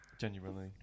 genuinely